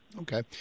okay